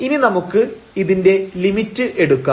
ഇനി നമുക്ക് ഇതിന്റെ ലിമിറ്റ് എടുക്കാം